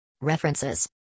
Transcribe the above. References